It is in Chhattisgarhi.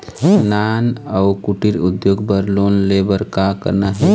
नान अउ कुटीर उद्योग बर लोन ले बर का करना हे?